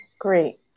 Great